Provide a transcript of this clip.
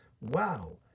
Wow